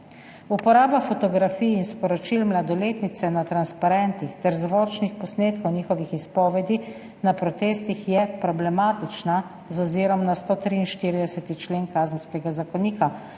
Uporaba fotografij in sporočil mladoletnice na transparentih ter zvočnih posnetkov njihovih izpovedi na protestih je problematična z ozirom na 143. člen Kazenskega zakonika.